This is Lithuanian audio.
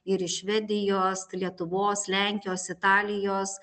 ir iš švedijos lietuvos lenkijos italijos